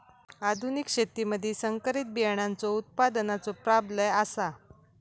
आधुनिक शेतीमधि संकरित बियाणांचो उत्पादनाचो प्राबल्य आसा